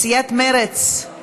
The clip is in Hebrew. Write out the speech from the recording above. סיעת מרצ,